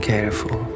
Careful